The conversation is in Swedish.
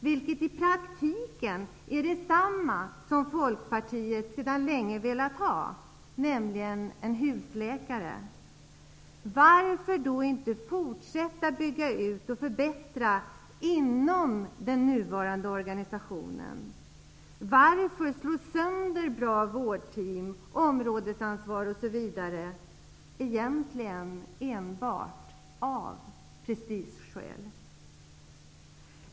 Det är i praktiken samma sak som det Folkpartiet länge velat ha, nämligen en husläkare. Varför då inte fortsätta att bygga ut och förbättra inom den nuvarande organisationen? Varför slå sönder bra vårdteam, principen om områdesansvar osv.? Man gör det egentligen enbart av prestigeskäl.